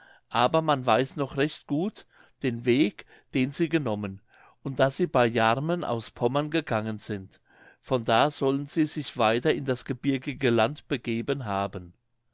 aber man weiß noch recht gut den weg den sie genommen und daß sie bei jarmen aus pommern gegangen sind von da sollen sie sich weiter in das gebirgige land begeben haben